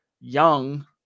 young